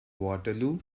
waterloo